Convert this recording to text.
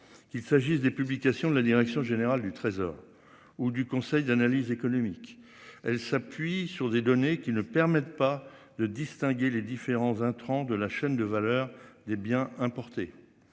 Qu'il s'agisse des publications de la direction générale du Trésor ou du Conseil d'analyse économique. Elle s'appuie sur des données qui ne permettent pas de distinguer les différents un trend de la chaîne de valeur des biens importés.